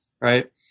right